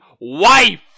wife